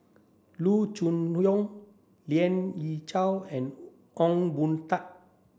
Loo Choon Yong Lien Ying Chow and Ong Boon Tat